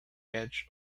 edge